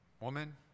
Woman